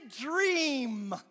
Dream